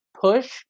push